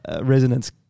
resonance